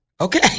Okay